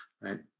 right